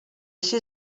així